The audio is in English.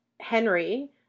Henry